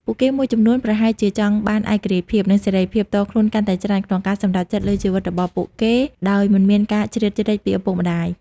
ពួកគេមួយចំនួនប្រហែលជាចង់បានឯករាជ្យភាព និងសេរីភាពផ្ទាល់ខ្លួនកាន់តែច្រើន ក្នុងការសម្រេចចិត្តលើជីវិតរបស់ពួកគេ ដោយមិនមានការជ្រៀតជ្រែកពីឪពុកម្តាយ។